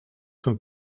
von